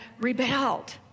rebelled